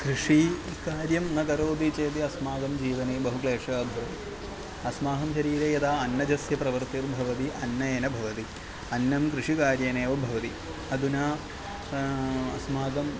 कृषिकार्यं न करोति चेद् अस्माकं जीवने बहु क्लेशः भवति अस्माकं शरीरे यदा अन्नस्य प्रवर्तिं भवति अन्नेन भवति अन्नं कृषिकार्येनैव भवति अधुना अस्माकम्